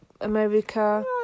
America